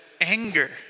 anger